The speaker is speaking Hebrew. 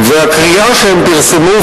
והקריאה שהם פרסמו,